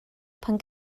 pan